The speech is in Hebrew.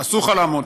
הרואה ואינו נראה.